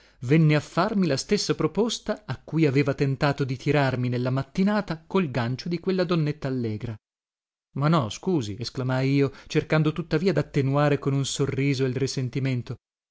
venne a farmi la stessa proposta a cui aveva tentato di tirarmi nella mattinata col gancio di quella donnetta allegra ma no scusi esclamai io cercando tuttavia dattenuare con un sorriso il risentimento